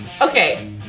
Okay